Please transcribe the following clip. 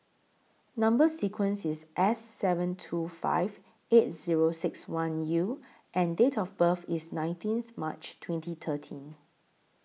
Number sequence IS S seven two five eight Zero six one U and Date of birth IS nineteenth March twenty thirteen